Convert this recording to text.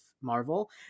marvel